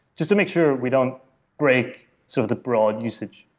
just to make sure we don't break so the broad usage.